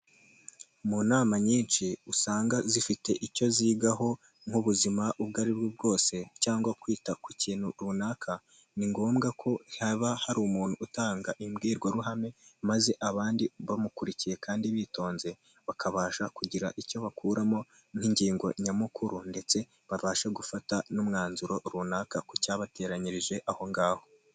Mu nama nyinshi usanga zifite icyo zigaho nk'ubuzima ubwo aribwo bwose cyangwa kwita ku kintu runaka ni ngombwa ko haba hari umuntu utanga imbwirwaruhame maze abandi bamukurikiye kandi bitonze bakabasha kugira icyo bakuramo nk'ingingo nyamukuru ndetse babashe gufata n'umwanzuro runaka ku cyabateranyirije aho ngaho.